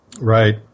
right